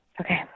Okay